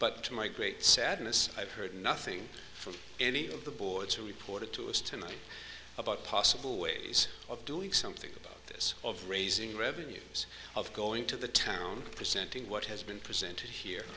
but to my great sadness i've heard nothing from any of the boards who reported to us tonight about possible ways of doing something about this of raising revenues of going to the town percent ing what has been presented here